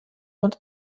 und